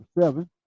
seven